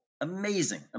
Amazing